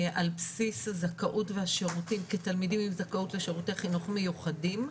על בסיס הזכאות והשירותים כתלמידים עם זכאות לשירותי חינוך מיוחדים.